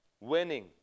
winning